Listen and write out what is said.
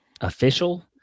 official